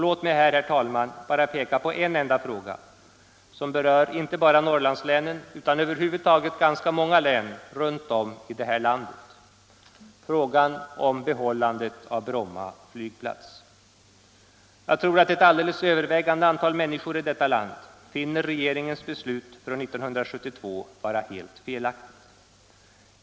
Låt mig bara peka på en enda fråga som berör inte bara Norrlandslänen utan ganska många län runtom i det här landet, nämligen frågan om bibehållandet av Bromma flygplats. Jag tror att ett alldeles övervägande antal människor i detta land finner regeringens beslut från 1972 vara helt felaktigt.